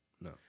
no